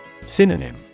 Synonym